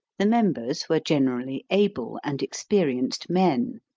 the members were generally able and experienced men.